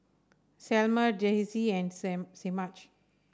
Selmer Daisey and Semaj